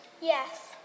Yes